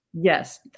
Yes